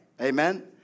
Amen